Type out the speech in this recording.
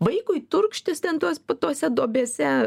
vaikui turkštis ten tuos tose duobėse